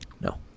No